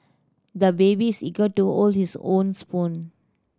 the baby's eager to hold his own spoon